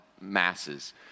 masses